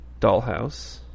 Dollhouse